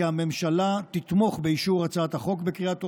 כי הממשלה תתמוך באישור הצעת החוק בקריאה טרומית,